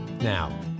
Now